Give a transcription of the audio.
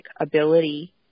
ability